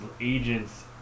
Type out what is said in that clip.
agent's